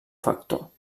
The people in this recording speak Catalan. factor